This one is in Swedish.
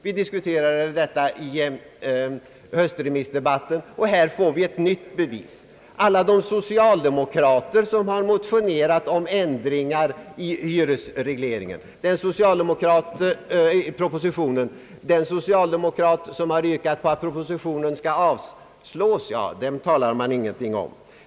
Vi diskuterade detta i höstremissdebatten, och här får vi ett nytt bevis. Alla de socialdemokrater, som har motionerat om ändringar i hyresregleringen och den socialdemokrat som har yrkat att propositionen skall avslås, dem talar man inte om.